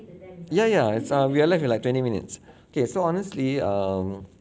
ya ya it's ah we're left with like twenty minutes okay so honestly um